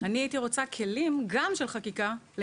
אני הייתי רוצה כלים גם של חקיקה כדי